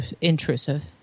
intrusive